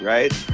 Right